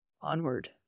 Onward